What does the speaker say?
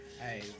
Hey